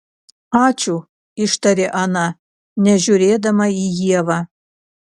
ačiū ištarė ana nežiūrėdama į ievą